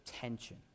tension